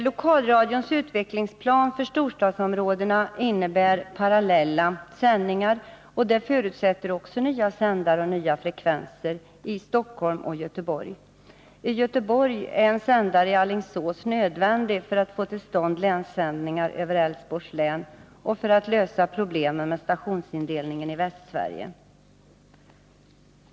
Lokalradions utvecklingsplan för storstadsområdena innebär parallella sändningar, och det förutsätter också nya sändare och nya frekvenser i Stockholm och Göteborg. I Göteborg är en sändare i Alingsås nödvändig för att man skall få till stånd länssändningar över Älvsborgs län och för att lösa problemen med stationsindelningen i Västsverige.